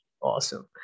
awesome